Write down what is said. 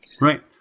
Right